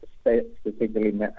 specifically